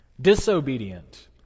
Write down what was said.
disobedient